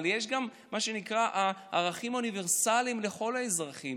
אבל יש גם מה שנקרא ערכים אוניברסליים לכל האזרחים,